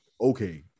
Okay